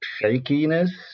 shakiness